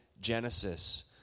Genesis